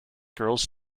girls